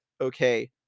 okay